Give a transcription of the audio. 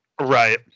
right